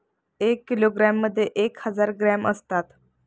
एक किलोग्रॅममध्ये एक हजार ग्रॅम असतात